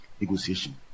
Negotiation